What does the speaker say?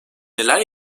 neler